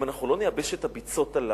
אם אנחנו לא נייבש את הביצות האלה,